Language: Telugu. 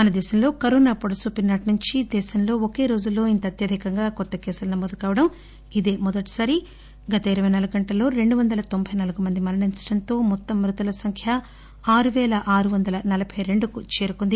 మన దేశంలో కరువును పొడసూపిన నాటి నుంచి దేశంలో ఒకే రోజులో ఇంత అత్యధికంగా కొత్త కేసులు నమోదు కావడం ఇదే మొదటిసారి గత ఇరపై నాలుగు గంటల్లో రెండు వందల తొంబై నాలుగు మంది మరణించడంతో మొత్తం మృతుల సంఖ్య ఆరు పేల ఆరు వందల నలబై రెండుకు చేరుకుంది